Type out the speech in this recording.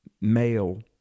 male